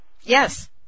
Yes